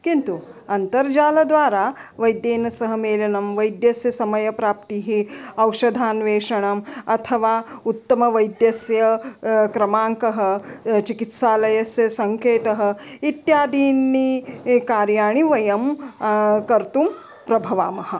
किन्तु अन्तर्जालद्वारा वैद्येन सह मेलनं वैद्यस्य समयप्राप्तिः औषधान्वेषणम् अथवा उत्तमवैद्यस्य क्रमाङ्कः चिकित्सालयस्य सङ्केतः इत्यादीनि कार्याणि वयं कर्तुं प्रभवामः